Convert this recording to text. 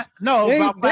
No